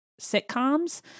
sitcoms